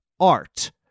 art